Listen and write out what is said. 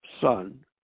son